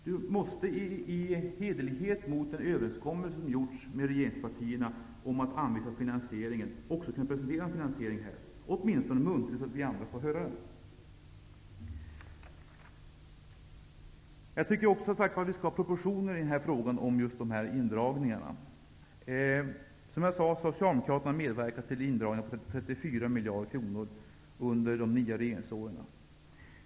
Han måste av hederlighet mot den överenskommelse som har gjorts med regeringspartierna om att anvisa finansieringen också kunna presentera en finansiering, åtminstone muntligt, så att vi andra får höra den. Jag tycker också att vi skall ha proportioner i fråga om just dessa indragningar. Som jag sade har Socialdemokraterna medverkat till indragningar på 34 miljarder kronor från kommuner och landsting under de nio regeringsåren.